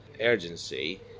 urgency